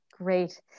Great